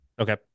Okay